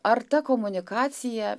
ar ta komunikacija